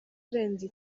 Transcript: urenze